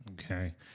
Okay